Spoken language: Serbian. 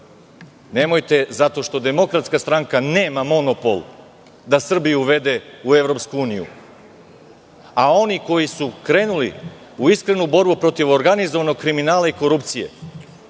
Nemojte zato što DS nema monopol da Srbiju uvede u EU, a oni koji su krenuli u iskrenu borbu protiv organizovanog kriminala i korupcije,